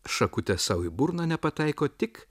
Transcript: šakute sau į burną nepataiko tik